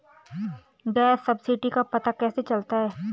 Gas subsidy का पता कैसे चलता है?